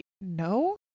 no